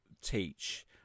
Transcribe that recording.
teach